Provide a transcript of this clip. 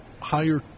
higher